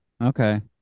Okay